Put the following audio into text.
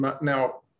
now